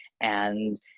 and-